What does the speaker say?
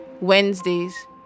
Wednesdays